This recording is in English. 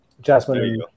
Jasmine